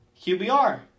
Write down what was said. QBR